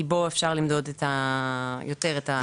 כי בו אפשר למדוד יותר את התועלות.